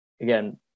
again